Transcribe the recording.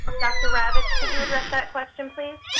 dr. ravitch, could you address that question, please?